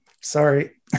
Sorry